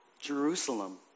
Jerusalem